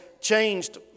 changed